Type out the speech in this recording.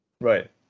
Right